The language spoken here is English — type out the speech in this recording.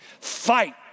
Fight